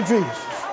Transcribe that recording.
Jesus